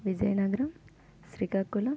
Vizianagaram Srikakulam